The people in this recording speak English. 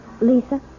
Lisa